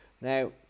now